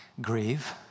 grieve